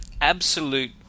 absolute